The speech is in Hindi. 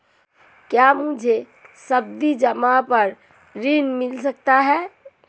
क्या मुझे सावधि जमा पर ऋण मिल सकता है?